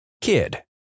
Kid